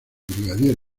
brigadier